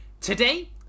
Today